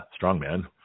strongman